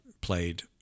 played